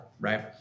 Right